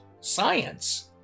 science